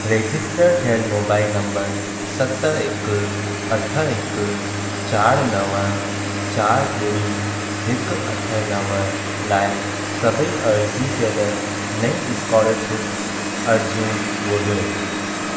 रजिस्टरु थियलु मोबाइल नंबरु सत हिकु अठ हिकु चार नव चार ॿुड़ी हिकु अठ नव लाइ सभेई अर्ज़ी कयलु नईं स्कोलरशिप अर्ज़ियूं ॻोल्हियो